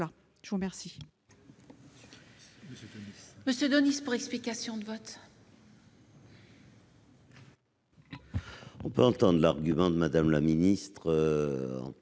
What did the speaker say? Je vous remercie,